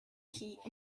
heat